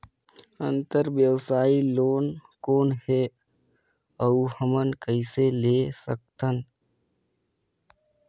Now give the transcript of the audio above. अंतरव्यवसायी लोन कौन हे? अउ हमन कइसे ले सकथन?